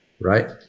right